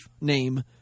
name